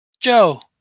Joe